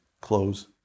close